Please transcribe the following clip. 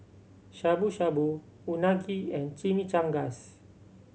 Shabu Shabu Unagi and Chimichangas